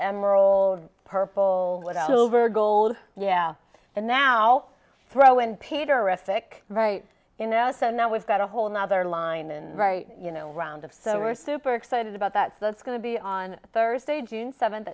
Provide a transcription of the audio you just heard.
rolled purple without over gold yeah and now throw in peter rustic right you know so now we've got a whole nother line and right you know around of so we're super excited about that so that's going to be on thursday june seventh